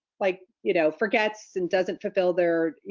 like you know forgets and doesn't fulfill their,